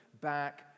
back